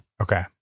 Okay